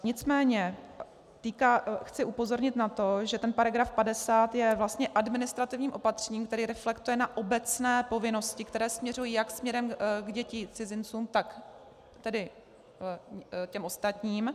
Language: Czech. Nicméně chci upozornit na to, že § 50 je vlastně administrativním opatřením, které reflektuje na obecné povinnosti, které směřují jak směrem k dětem cizinců, tak tedy k těm ostatním.